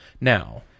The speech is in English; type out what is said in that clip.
Now